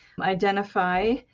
identify